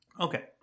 Okay